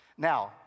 Now